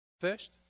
First